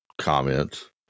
comment